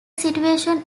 situation